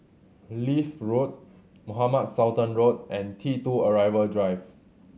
Leith Road Mohamed Sultan Road and T Two Arrival Drive